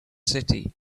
city